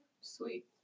Sweet